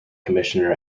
commissioner